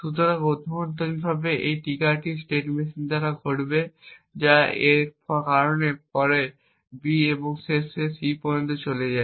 সুতরাং অভ্যন্তরীণভাবে এই ট্রিগারটি স্টেট মেশিন দ্বারা ঘটবে যা A এর কারণে পরে B এবং তারপরে শেষ পর্যন্ত C তে চলে যায়